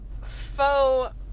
faux